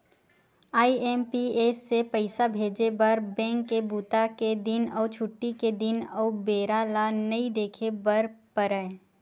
IMPS से पइसा भेजे बर बेंक के बूता के दिन अउ छुट्टी के दिन अउ बेरा ल नइ देखे बर परय